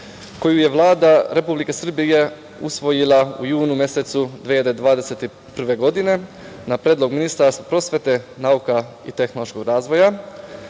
koju je Vlada Republike Srbije usvojila u junu mesecu 2021. godine, na predlog ministra prosvete, nauke i tehnološkog razvoja,